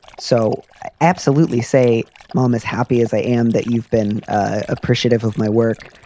so i absolutely say, mom, as happy as i am that you've been appreciative of my work,